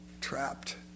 trapped